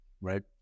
right